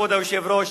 כבוד היושב-ראש,